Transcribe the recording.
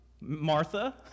martha